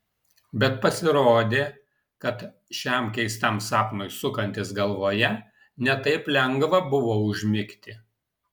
bet pasirodė kad šiam keistam sapnui sukantis galvoje ne taip lengva buvo užmigti